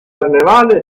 carnevale